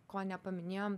ko nepaminėjom